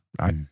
right